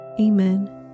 Amen